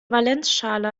valenzschale